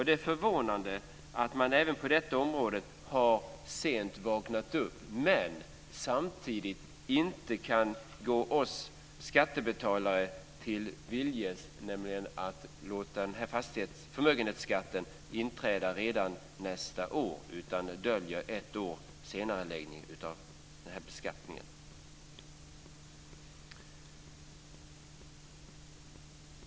Det är förvånande att man även på detta område så sent har vaknat upp men samtidigt inte kan göra oss skattebetalare till viljes genom att låta förmögenhetsskatten inträda redan nästa år. Man döljer i stället beskattningen genom ett års senareläggning.